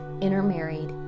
intermarried